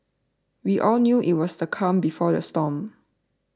we all knew it was the calm before the storm